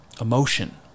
emotion